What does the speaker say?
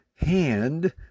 hand